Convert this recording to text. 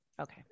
Okay